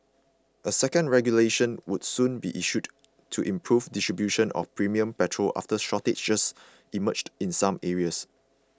a second regulation would soon be issued to improve distribution of premium petrol after shortages emerged in some areas